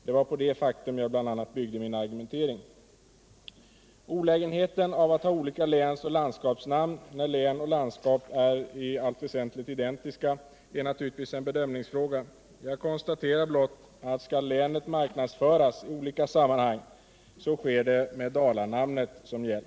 Det var bl.a. på detta faktum jag byggde min argumentering. Olägenheten av att ha olika länsoch landskapsnamn när landskap och län i allt väsentligt är identiska är naturligtvis en bedömningsfråga. Jag konstaterar bara att skall länet marknadsföras i olika sammanhang så sker det med Dalanamnet som hjälp.